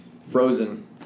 Frozen